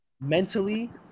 mentally